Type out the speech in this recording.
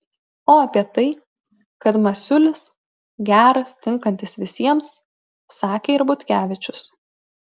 o apie tai kad masiulis geras tinkantis visiems sakė ir butkevičius